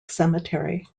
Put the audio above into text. cemetery